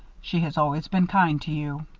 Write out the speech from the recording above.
she has always been kind to you.